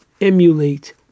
emulate